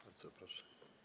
Bardzo proszę.